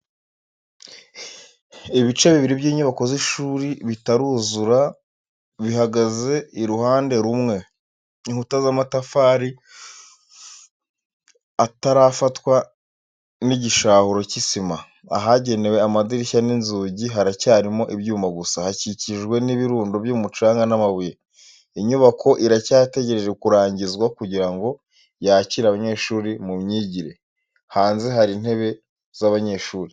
Ibice bibiri by’inyubako z’ishuri bitaruzura bihagaze iruhande rumwe, inkuta z’amatafari atarafatwa n’igishahuro cy'isima. Ahagenewe amadirishya n’inzugi haracyarimo ibyuma gusa, hakikijwe n’ibirundo by’umucanga n’amabuye. Inyubako iracyategereje kurangizwa kugira ngo yakire abanyeshuri mu myigire. Hanze hari intebe z'abanyeshuri.